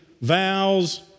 vows